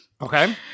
Okay